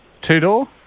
Two-door